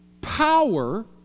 power